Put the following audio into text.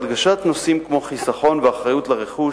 הדגשת נושאים כמו חיסכון ואחריות לרכוש,